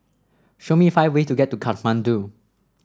show me five way to get to Kathmandu